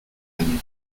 años